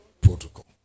protocol